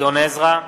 גדעון עזרא,